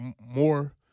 more